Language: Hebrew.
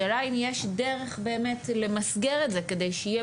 השאלה היא אם באמת יש דרך למסגר את זה כדי שיהיה